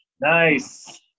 nice